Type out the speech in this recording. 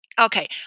Okay